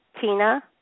Tina